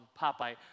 Popeye